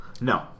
no